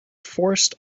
forced